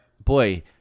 Boy